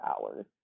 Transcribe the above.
hours